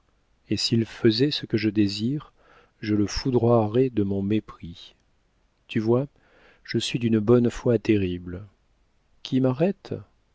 et s'il faisait ce que je désire je le foudroierais de mon mépris tu vois je suis d'une bonne foi terrible qui m'arrête